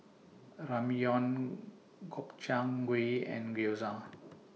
Ramyeon Gobchang Gui and Gyoza